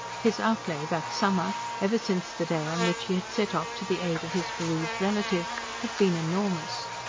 his outlay that summer ever since the day on which he had set off to the aid of his bereaved relative had been enormous.